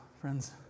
friends